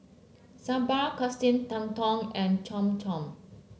Sambar Katsu Tendon and Cham Cham